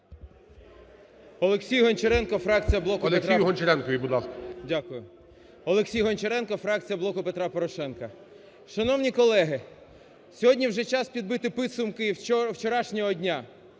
Олексій Гончаренко, фракція "Блоку Петра Порошенка". Шановні колеги, сьогодні вже час підбити підсумки вчорашнього дня